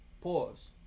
Pause